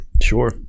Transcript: Sure